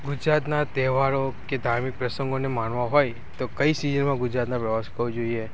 ગુજરાતના તહેવારો કે ધાર્મિક પ્રસંગોને માણવો હોય તો કઈ સીઝનમાં ગુજરાતમાં પ્રવાસ કરવો જોઈએ